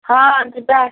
ହଁ ଯିବା